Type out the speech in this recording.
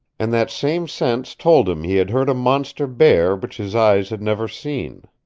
and that same sense told him he had heard a monster bear which his eyes had never seen.